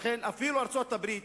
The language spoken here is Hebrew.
לכן אפילו ארצות-הברית,